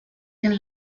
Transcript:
tiene